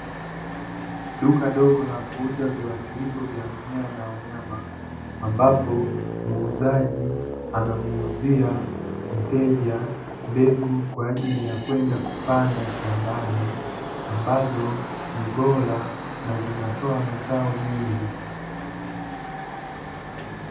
Duka dogo la kuuza viwatilifu vya mimea na wanyama, ambapo muuzaji anamuuzia mteja mbegu kwaajili ya kwenda kupanda shambani, ambazo ni bora na zinatoa mazao mengi.